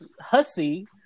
hussy